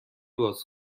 باز